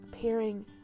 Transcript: pairing